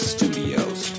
Studios